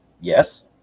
yes